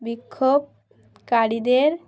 বিক্ষোভ কারীদের